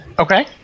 Okay